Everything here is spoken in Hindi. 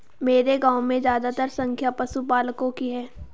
मेरे गांव में ज्यादातर संख्या पशुपालकों की है